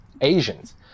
asians